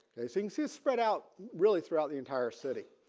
they think he's spread out really throughout the entire city